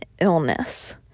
illness